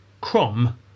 Crom